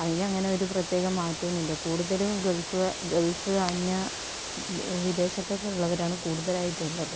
അതിന് അങ്ങനെ ഒരു പ്രത്യേക കൂടുതലും ഗൾഫ് ഗൾഫിൽ അന്യ വിദേശത്ത് ഒക്കെ ഉള്ളവരാണ് കൂടുതലായിട്ടും ഉള്ളത്